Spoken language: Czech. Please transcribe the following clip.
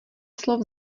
slov